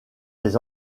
des